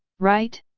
right?